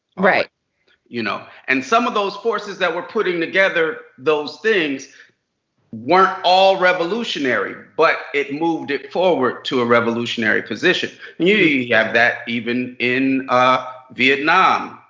you know. and some of those forces that were putting together those things weren't all revolutionary. but it moved it forward to a revolutionary position. you have that even in ah vietnam.